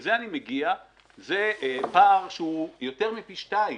ולזה אני מגיע, זה פער שהוא יותר מפי 2,